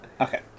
Okay